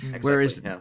Whereas